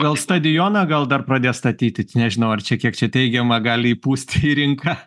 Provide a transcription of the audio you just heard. gal stadioną gal dar pradės statyti nežinau ar čia kiek čia teigiama gali įpūsti į rinką